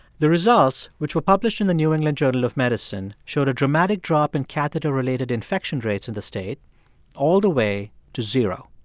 the results, which were published in the new england journal of medicine, showed a dramatic drop in catheter-related infection rates in the state all the way to zero.